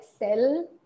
excel